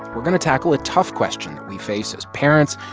we're going to tackle a tough question that we face as parents,